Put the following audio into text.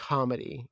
Comedy